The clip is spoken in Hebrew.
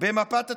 במפת התקשורת.